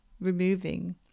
removing